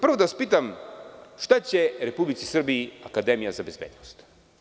Prvo da vas pitam - šta će Republici Srbiji akademija za bezbednost?